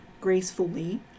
gracefully